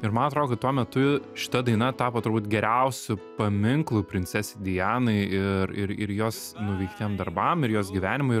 ir man atrodo kad tuo metu šita daina tapo turbūt geriausiu paminklu princesei dianai ir ir ir jos nuveiktiem darbam ir jos gyvenimui